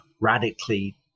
radically